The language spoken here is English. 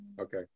okay